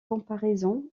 comparaison